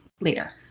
later